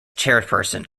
chairperson